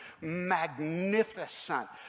magnificent